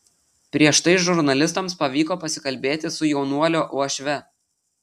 prieš tai žurnalistams pavyko pasikalbėti su jaunuolio uošve